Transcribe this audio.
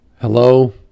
Hello